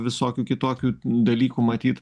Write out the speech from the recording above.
visokių kitokių dalykų matyt